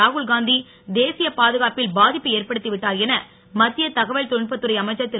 ராகுல்காந்தி தேசிய பாதுகாப்பில் பாதிப்பை ஏற்படுத்திவிட்டார் என மத்திய தகவல் தொழில்நுட்ப துறை அமைச்சர் திரு